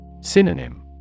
Synonym